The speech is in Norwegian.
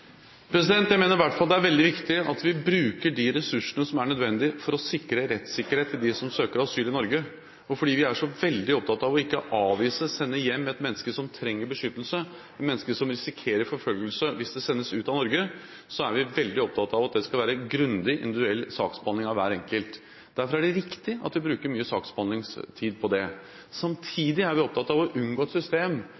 Jeg mener i hvert fall det er veldig viktig at vi bruker de ressursene som er nødvendig for å sikre rettssikkerhet for dem som søker asyl i Norge. Fordi vi er så veldig opptatt av ikke å avvise, sende hjem, et menneske som trenger beskyttelse, et menneske som risikerer forfølgelse hvis det sendes ut av Norge, er vi veldig opptatt av at det skal være en grundig individuell saksbehandling av hver enkelt. Derfor er det riktig at vi bruker mye tid på